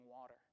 water